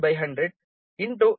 ಸಮಾನವಾಗಿರುತ್ತದೆ